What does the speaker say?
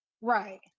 Right